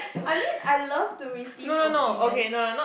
I mean I love to receive opinions